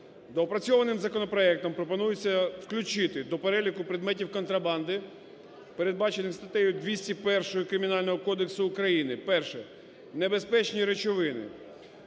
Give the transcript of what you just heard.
Доопрацьованим законопроектом пропонується включити до переліку предметів контрабанди, передбачених статтею 201 Кримінального кодексу України, перше, небезпечні речовини.